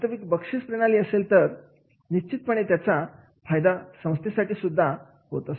जर वास्तविक बक्षीस कनाली असेल तर निश्चितपणे त्याचा फायदा संस्थेसाठी सुद्धा होतो